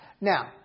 Now